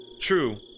True